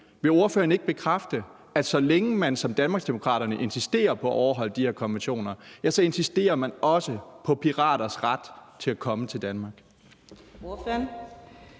Vil ordføreren ikke bekræfte, at så længe man som Danmarksdemokraterne insisterer på at overholde de her konventioner, insisterer man også på piraters ret til at komme til Danmark?